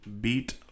beat